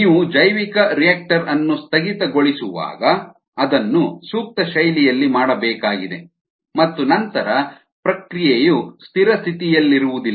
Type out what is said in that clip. ನೀವು ಜೈವಿಕರಿಯಾಕ್ಟರ್ ಅನ್ನು ಸ್ಥಗಿತಗೊಳಿಸುವಾಗ ಅದನ್ನು ಸೂಕ್ತ ಶೈಲಿಯಲ್ಲಿ ಮಾಡಬೇಕಾಗಿದೆ ಮತ್ತು ನಂತರ ಪ್ರಕ್ರಿಯೆಯು ಸ್ಥಿರ ಸ್ಥಿತಿಯಲ್ಲಿರುವುದಿಲ್ಲ